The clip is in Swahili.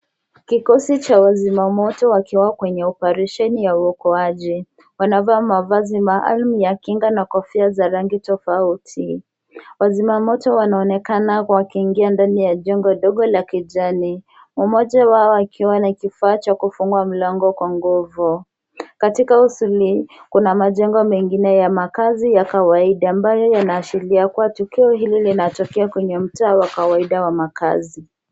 Kikosi cha wazimamoto wakiwa kwenye operesheni ya uokoaji, wanavaa mavazi maalum ya kinga na kofia za rangi tofauti. Wazimamoto wanaonekana wakiingia ndani ya jengo dogo la kijani, mmoja wao akiwa na kifaa cha kufungua mlango kwa nguvu. Katika usoni, kuna majengo mengine ya makaazi ya kawaida ambayo yanaashiria kuwa tukio hili linatokea kwenye mtaa wa kawaida wa makaazi.